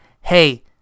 hey